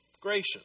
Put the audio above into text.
gracious